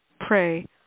pray